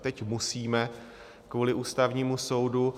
Teď musíme kvůli Ústavnímu soudu.